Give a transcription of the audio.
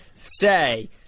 say